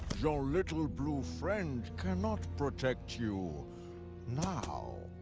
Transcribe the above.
your little blue friend cannot protect you now.